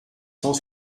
cent